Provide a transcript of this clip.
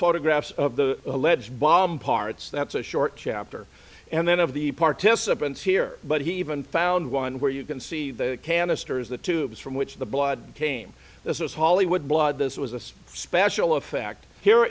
photographs of the alleged bomb parts that's a short chapter and then of the participants here but he even found one where you can see the canisters the tubes from which the blood came this is hollywood blood this was a special effect here